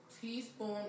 teaspoon